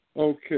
Okay